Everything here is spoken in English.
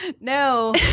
No